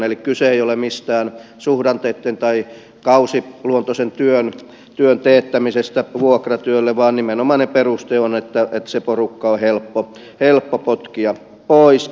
eli kyse ei ole mistään suhdanteitten mukaisen tai kausiluontoisen työn teettämisestä vuokratyöllä vaan nimenomainen peruste on että se porukka on helppo potkia pois